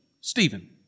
Stephen